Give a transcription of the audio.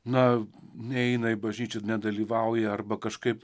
na neina į bažnyčią nedalyvauja arba kažkaip